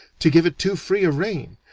to give it too free a rein,